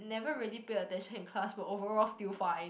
never really pay attention in class but overall still fine